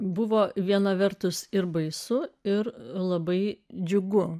buvo viena vertus ir baisu ir labai džiugu